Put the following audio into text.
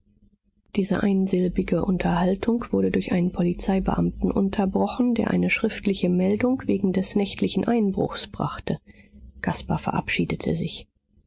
diese einsilbige unterhaltung wurde durch einen polizeibeamten unterbrochen der eine schriftliche meldung wegen des nächtlichen einbruchs brachte caspar verabschiedete sich